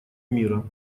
мира